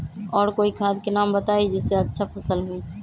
और कोइ खाद के नाम बताई जेसे अच्छा फसल होई?